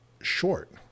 short